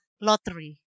lottery